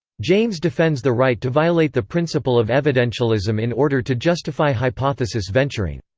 james defends the right to violate the principle of evidentialism in order to justify hypothesis venturing.